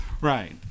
right